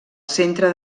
centre